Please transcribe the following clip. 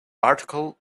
article